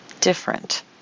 different